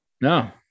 No